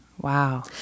Wow